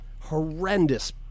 horrendous